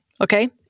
okay